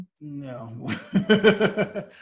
No